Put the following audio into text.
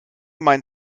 mein